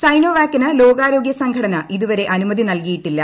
സൈനോവാക്കിന് ലോകാരോഗൃ സംഘടന ഇതുവരെ അനുമതി നൽകിയിട്ടില്ല